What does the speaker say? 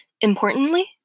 Importantly